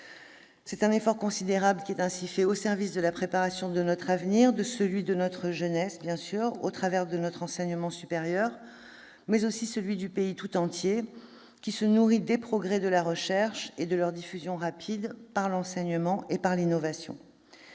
C'est un effort considérable qui est ainsi fait au service de la préparation de notre avenir, de celui de notre jeunesse au travers de notre enseignement supérieur, mais aussi de celui du pays tout entier, qui se nourrit des progrès de la recherche et de leur diffusion rapide, par l'enseignement et l'innovation.